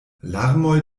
larmoj